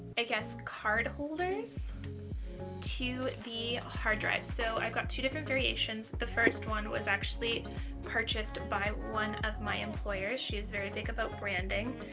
i guess card holders to the hard drive. so i got two different variations, the first one was actually purchased by one of my employers, she is very big about branding.